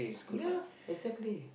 ya exactly